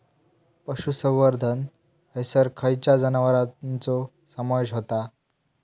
पशुसंवर्धन हैसर खैयच्या जनावरांचो समावेश व्हता?